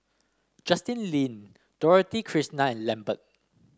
Justin Lean Dorothy Krishnan and Lambert